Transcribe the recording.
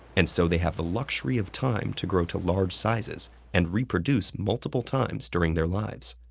and so they have the luxury of time to grow to large sizes and reproduce multiple times during their lives.